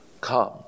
come